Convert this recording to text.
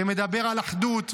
שמדבר על אחדות,